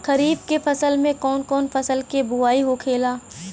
खरीफ की फसल में कौन कौन फसल के बोवाई होखेला?